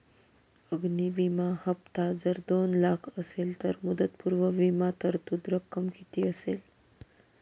अग्नि विमा हफ्ता जर दोन लाख असेल तर मुदतपूर्व विमा तरतूद रक्कम किती असेल?